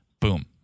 boom